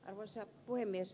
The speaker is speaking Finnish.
arvoisa puhemies